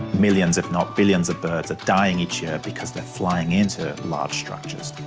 millions if not billions of birds are dying each year because they are flying into large structures.